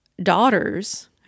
Daughters